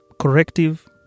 corrective